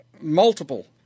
multiple